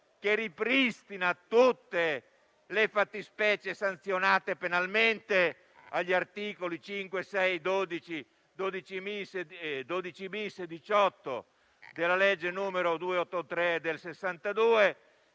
che ripristina tutte le fattispecie sanzionate penalmente agli articoli 5, 6, 12, 12-*bis* e 18 della legge n. 283 del 1962,